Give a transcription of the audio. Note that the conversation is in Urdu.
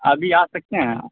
ابھی آ سکتے ہیں